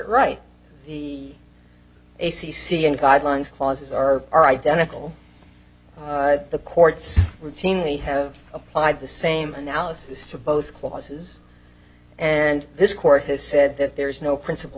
right the a c c and guidelines clauses are are identical the courts routinely have applied the same analysis to both clauses and this court has said that there is no principal